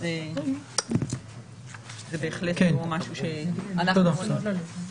אז זה בהחלט לא משהו שאנחנו אחראים לו.